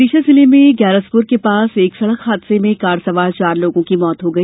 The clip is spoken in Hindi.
विदिशा जिले में ग्यारसपुर के पास एक सड़क हादसे में कार सवार चार लोगों की मृत्यु हो गई